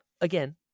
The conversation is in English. again